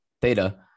Theta